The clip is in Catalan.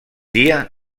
dia